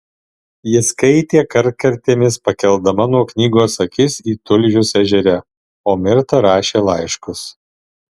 ji skaitė kartkartėmis pakeldama nuo knygos akis į tulžius ežere o mirta rašė laiškus